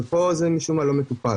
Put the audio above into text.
ופה זה משום מה לא מטופל.